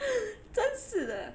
真是的